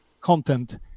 content